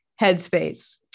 headspace